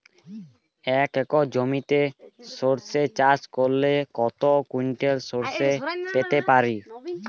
এক একর জমিতে সর্ষে চাষ করলে কত কুইন্টাল সরষে পেতে পারি?